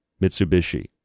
Mitsubishi